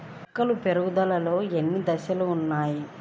మొక్క పెరుగుదలలో ఎన్ని దశలు వున్నాయి?